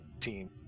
team